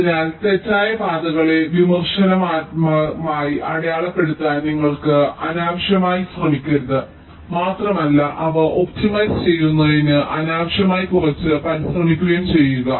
അതിനാൽ തെറ്റായ പാതകളെ വിമർശനാത്മകമായി അടയാളപ്പെടുത്താൻ നിങ്ങൾ അനാവശ്യമായി ശ്രമിക്കരുത് മാത്രമല്ല അവ ഒപ്റ്റിമൈസ് ചെയ്യുന്നതിന് അനാവശ്യമായി കുറച്ച് പരിശ്രമിക്കുകയും ചെയ്യുക